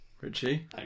Richie